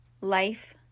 Life